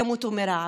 ימותו מרעב.